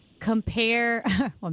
compare